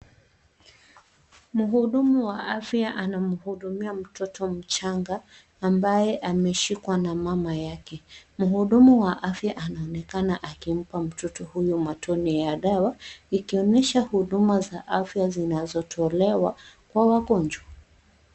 Mhudumu wa afya anamhudumia mtoto mchanga ambaye ameshikwa na mama yake. Mhudumu wa afya anaonekana akimpa mtoto huyo matone ya dawa, ikionyesha huduma za afya zinazotolewa kwa wagonjwa.